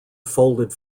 folded